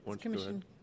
Commission